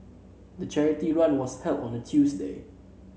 the charity run was held on a Tuesday